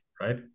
right